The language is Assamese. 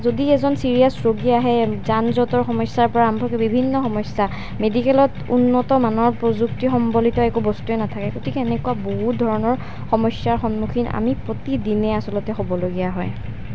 যদি এজন ছিৰিয়াছ ৰোগী আহে যান জঁটৰ সমস্যাৰ পৰা আৰম্ভ কৰি বিভিন্ন সমস্যা মেডিকেলত উন্নতমানৰ প্ৰযুক্তি সম্বলিত একো বস্তুৱে নাথাকে গতিকে এনেকুৱা বহুত ধৰণৰ সমস্যাৰ সন্মুখীন আমি প্ৰতিদিনে আচলতে হ'বলগীয়া হয়